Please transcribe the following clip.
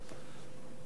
חבר הכנסת מסעוד